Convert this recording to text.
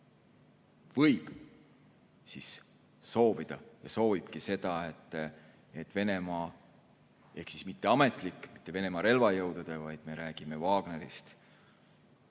võib soovida ja soovibki, et Venemaa – ehk siis mitte ametlik, mitte Venemaa relvajõudude, vaid me räägime Wagnerist